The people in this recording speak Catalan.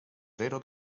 zero